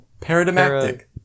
Paradigmatic